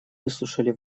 выслушали